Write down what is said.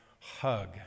Hug